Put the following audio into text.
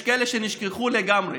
יש כאלה שנשכחו לגמרי.